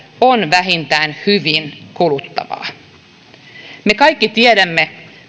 on vähintään hyvin kuluttavaa me kaikki tiedämme